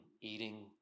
eating